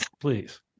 Please